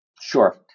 Sure